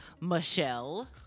Michelle